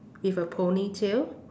with a ponytail